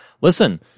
listen